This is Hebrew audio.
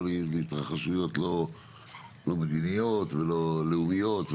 לא להתרחשויות לא מדיניות ולא לאומיות,